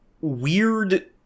weird